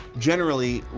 generally,